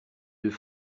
deux